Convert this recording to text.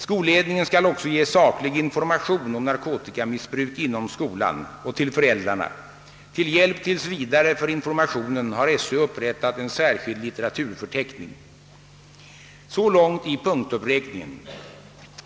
Skolledningen skall också ge saklig information om narkotikamissbruk inom skolan och till föräldrarna. Till hjälp tills vidare för informationen har skolöverstyrelsen upprättat en särskild litteraturförteckning. Så långt i punktuppräkningen.